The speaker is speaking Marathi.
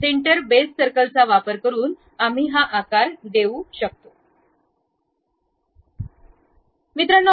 सेंटर बेस सर्कलचा वापर करुन आम्ही हा आकार देऊ शकतो